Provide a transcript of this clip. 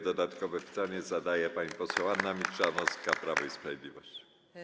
Dodatkowe pytanie zadaje pani poseł Anna Milczanowska, Prawo i Sprawiedliwość.